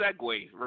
segue